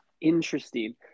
Interesting